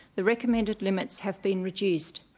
the recommended limits have been reduced.